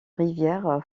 rivière